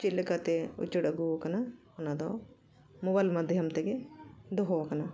ᱪᱮᱫ ᱞᱮᱠᱟᱛᱮ ᱩᱪᱟᱹᱲ ᱟᱹᱜᱩᱣᱟᱠᱟᱱᱟ ᱚᱱᱟ ᱫᱚ ᱢᱳᱵᱟᱭᱤᱞ ᱢᱟᱫᱽᱫᱷᱚᱢ ᱛᱮᱜᱮ ᱫᱚᱦᱚᱣᱟᱠᱟᱱᱟ